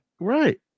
Right